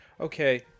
Okay